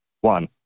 One